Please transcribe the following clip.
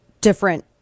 different